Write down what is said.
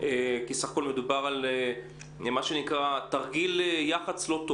אבל אי אפשר לדבר עם כל מורה כי המורה מיוצג למעשה על-ידי אותם ארגונים.